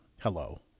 hello